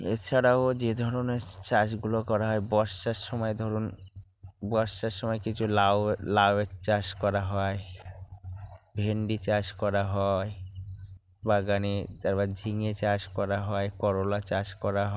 এছাড়াও যে ধরনের চাষগুলো করা হয় বর্ষার সময় ধরুন বর্ষার সময় কিছু লাউ লাউয়ের চাষ করা হয় ভিন্ডি চাষ করা হয় বাগানে তারপর ঝিঙে চাষ করা হয় করলা চাষ করা হয়